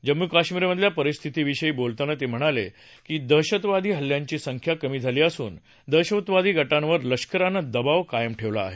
जम्मू कश्मीरमधल्या परिस्थिती विषयी बोलताना ते म्हणाले की दहशतवादी हल्ल्यांची संख्या कमी झाली असून दहशतवादी गटांवर लष्करानं दबाव कायम ठेवला आहे